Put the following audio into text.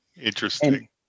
Interesting